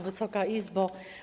Wysoka Izbo!